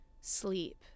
sleep